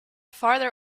farther